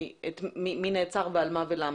מי נעצר ועל מה ולמה.